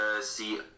see